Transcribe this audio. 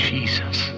Jesus